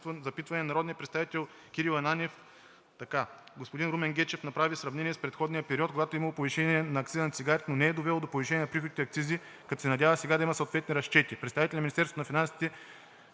запитване на народния представител Кирил Ананиев. Господин Румен Гечев направи сравнение с предходен период – 2010 г., когато е имало повишение на акциза на цигарите, но не е довело до повишение на приходите от акцизи, като се надява сега да има съответните разчети. Представителите на Министерството